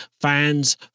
fans